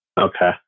Okay